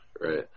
right